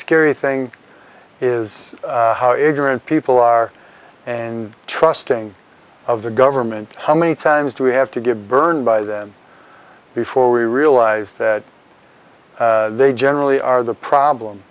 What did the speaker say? scary thing is how ignorant people are and trusting of the government how many times do we have to get burned by them before we realize that they generally are the problem